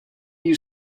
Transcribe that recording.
you